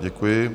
Děkuji.